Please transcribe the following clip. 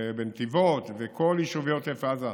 נתיבות וכל יישובי עוטף עזה,